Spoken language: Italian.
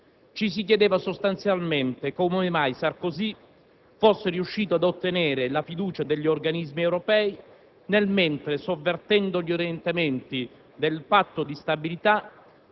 Ci si chiedeva sostanzialmente come mai Sarkozy fosse riuscito ad ottenere la fiducia degli organismi europei mentre, sovvertendo gli orientamenti del Patto di stabilità,